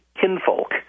kinfolk